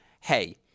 hey